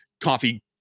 coffee